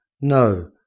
No